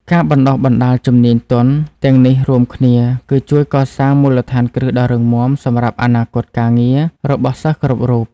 ការបណ្តុះបណ្តាលជំនាញទន់ទាំងនេះរួមគ្នាគឺជួយកសាងមូលដ្ឋានគ្រឹះដ៏រឹងមាំសម្រាប់អនាគតការងាររបស់សិស្សគ្រប់រូប។